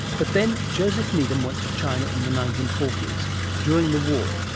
but then jospeh needham went to china in the nineteen forty s during the war,